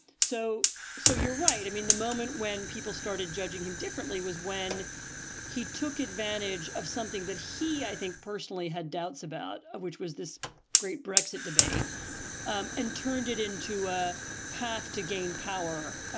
so so you're right. i mean, the moment when people started judging him differently was when he took advantage of something that he, i think, personally had doubts about, which was this great brexit debate um and turned it into a path to gain power.